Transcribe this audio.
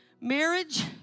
marriage